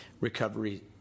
Recovery